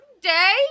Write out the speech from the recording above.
day